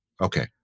Okay